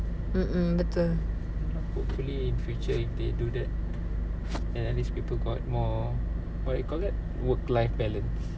hopefully in future if they do that and then at least people got more what you call that work life balance